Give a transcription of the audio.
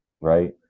right